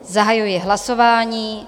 Zahajuji hlasování.